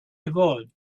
evolved